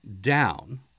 down